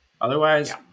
Otherwise